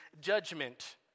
judgment